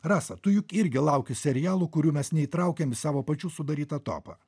rasa tu juk irgi lauki serialų kurių mes neįtraukiam į savo pačių sudarytą topą